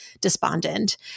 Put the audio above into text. despondent